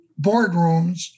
boardrooms